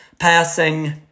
passing